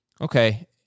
Okay